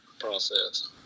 process